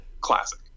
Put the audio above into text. classic